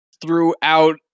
throughout